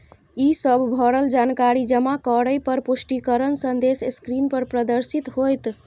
ई सब भरल जानकारी जमा करै पर पुष्टिकरण संदेश स्क्रीन पर प्रदर्शित होयत